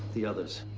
the others.